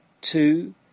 Two